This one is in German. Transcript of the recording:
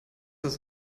das